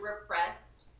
repressed